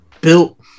built